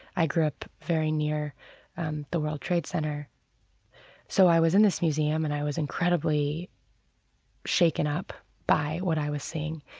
i grew up very near um the world trade center so i was in this museum and i was incredibly shaken up by what i was seeing.